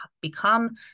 become